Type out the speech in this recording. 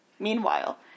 Meanwhile